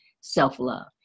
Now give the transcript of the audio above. self-love